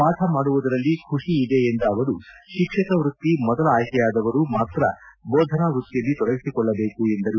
ಪಾಠ ಮಾಡುವುದರಲ್ಲಿ ಖುಷಿ ಇದೆ ಎಂದ ಅವರು ಶಿಕ್ಷಕ ವ್ಯಕ್ತಿ ಮೊದಲ ಆಯ್ಕೆಯಾದವರು ಮಾತ್ರ ಬೋಧನಾ ವ್ಯಕ್ತಿಯಲ್ಲಿ ತೊಡಗಿಸಿಕೊಳ್ಳಬೇಕು ಎಂದರು